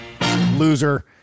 Loser